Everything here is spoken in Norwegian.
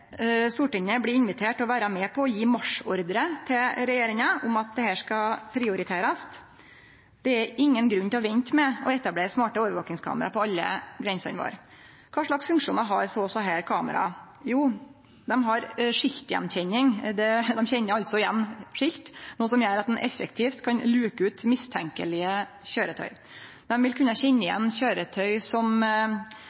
Stortinget blir invitert til å vere med på å gje marsjordre til regjeringa om at dette skal prioriterast. Det er ingen grunn til å vente med å etablere smarte overvakingskamera på alle grensene våre. Kva slags funksjonar har så desse kameraa? Jo, dei har skiltgjenkjenning – dei kjenner altså igjen skilt, noko som gjer at ein effektivt kan luke ut mistenkelege køyretøy. Dei vil